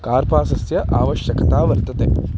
कार्पासस्य आवश्यकता वर्तते